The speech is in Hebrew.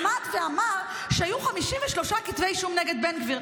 -- עמד ואמר שהיו 53 כתבי אישום נגד בן גביר,